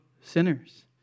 sinners